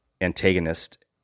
antagonist